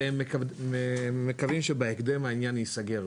והם מקווים שבהקדם העניין ייסגר.